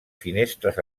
finestres